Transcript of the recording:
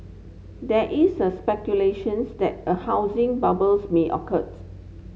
there is a speculations that a housing bubbles may occurred